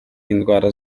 indwara